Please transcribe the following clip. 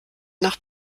nach